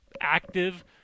active